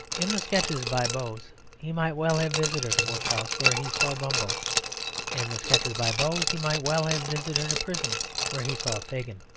in the sketches by boz he might well have visited a workhouse where he saw bumble in the sketches by boz he might well have visited a prison where he saw fagin.